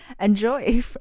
Enjoy